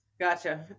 Gotcha